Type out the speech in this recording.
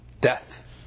death